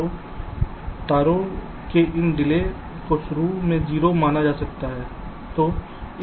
तो तारों के इन डिले को शुरू में 0 माना जा रहा है